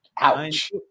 ouch